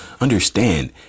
Understand